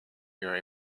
your